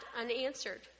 unanswered